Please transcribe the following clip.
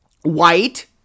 White